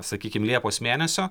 sakykim liepos mėnesio